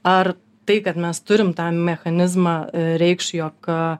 ar tai kad mes turim tą mechanizmą reikš jog